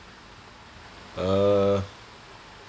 err